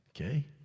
okay